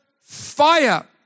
fire